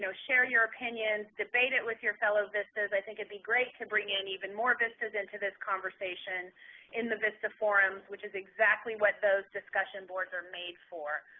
so share your opinions, debate it with your fellow vistas. i think it would be great to bring in even more vistas into this conversation in the vista forums, which is exactly what those discussion boards are made for.